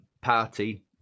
party